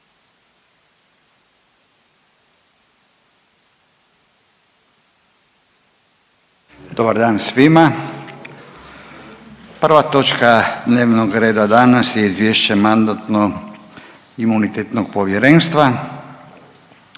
Pozdrav svima. Prva točka dnevnog reda danas je - Izvješće Mandatno-imunitetnog povjerenstva